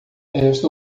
essa